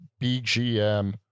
BGM